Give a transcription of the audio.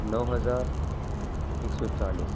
نو ہزار ایک سو چالیس